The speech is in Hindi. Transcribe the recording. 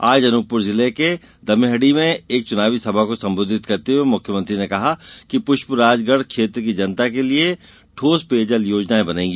आज अनूपपुर जिले के दमेहडी में एक चुनावी सभा को संबोधित करते हुए मुख्यमंत्री ने कहा कि पुष्पराजगढ क्षेत्र की जनता के लिए ठोस पेय जल योजनाएं बनेगी